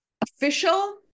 official